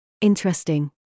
Interesting